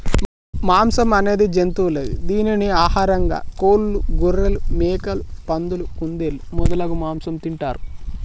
మాంసం అనేది జంతువుల దీనిని ఆహారంగా కోళ్లు, గొఱ్ఱెలు, మేకలు, పందులు, కుందేళ్లు మొదలగు మాంసం తింటారు